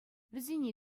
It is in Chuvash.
вӗсене